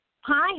Hi